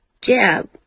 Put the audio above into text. jab